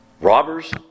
robbers